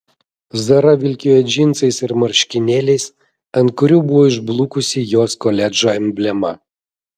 zara vilkėjo džinsais ir marškinėliais ant kurių buvo išblukusi jos koledžo emblema